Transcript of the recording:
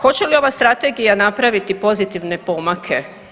Hoće li ova strategija napraviti pozitivne pomake?